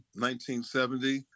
1970